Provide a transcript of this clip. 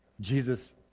Jesus